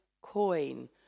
coin